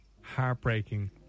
heartbreaking